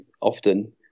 often